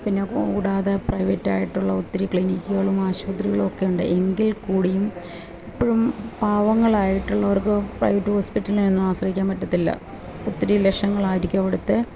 പിന്നെ കൂടാതെ പ്രൈവറ്റായിട്ടുള്ള ഒത്തിരി ക്ലിനിക്കുകളും ആശുപത്രികളും ഒക്കെ ഉണ്ട് എങ്കിൽകൂടിയും ഇപ്പോഴും പാവങ്ങളായിട്ടുള്ളവർക്ക് പ്രൈവറ്റ് ഹോസ്പിറ്റലിനെ ഒന്നും ആശ്രയിക്കാൻ പറ്റത്തില്ല ഒത്തിരി ലക്ഷങ്ങളായിരിക്കും അവിടത്തെ